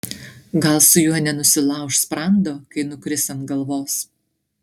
gal su juo nenusilauš sprando kai nukris ant galvos